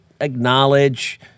acknowledge